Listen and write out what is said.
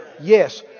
Yes